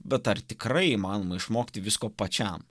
bet ar tikrai įmanoma išmokti visko pačiam